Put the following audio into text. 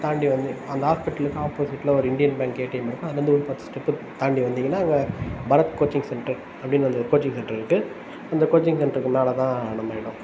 தாண்டி வந்து அந்த ஹாஸ்பிட்டலுக்கு ஆப்போசிட்டில் ஒரு இண்டியன் பேங்க் ஏடிஎம் இருக்கும் அதிலருந்து ஒரு பத்து ஸ்டெப்பு தாண்டி வந்தீங்கன்னால் அங்கே பரத் கோச்சிங் சென்டர் அப்படின்னு அந்த கோச்சிங் சென்டர் இருக்குது அந்த கோச்சிங் சென்டருக்கு மேலேதான் நம்ம இடம்